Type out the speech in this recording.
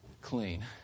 clean